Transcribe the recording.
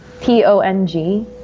P-O-N-G